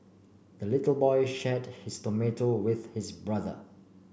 the little boy shared his tomato with his brother